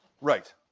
Right